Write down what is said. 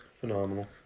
phenomenal